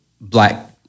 black